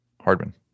Hardman